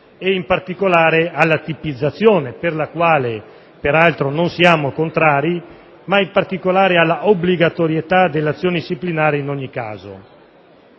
e, in particolare, alla tipizzazione - verso la quale peraltro non siamo contrari - e alla obbligatorietà dell'azione disciplinare in ogni caso.